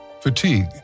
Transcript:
fatigue